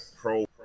pro